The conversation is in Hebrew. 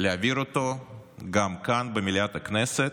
להעביר אותה גם כאן במליאת הכנסת,